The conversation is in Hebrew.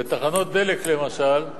היא בתחנות דלק למשל.